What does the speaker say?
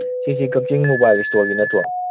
ꯁꯤꯁꯤ ꯀꯛꯆꯤꯡ ꯃꯣꯕꯥꯏꯜ ꯏꯁꯇꯣꯔꯒꯤ ꯅꯠꯇ꯭ꯔꯣ